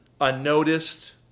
unnoticed